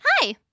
Hi